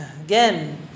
again